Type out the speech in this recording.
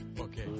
Okay